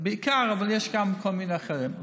בעיקר, אבל יש גם כל מיני אחרים.